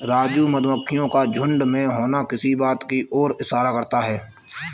राजू मधुमक्खियों का झुंड में होना किस बात की ओर इशारा करता है?